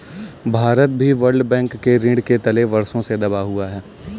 भारत भी World Bank के ऋण के तले वर्षों से दबा हुआ है